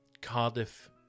Cardiff